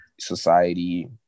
society